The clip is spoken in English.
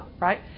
right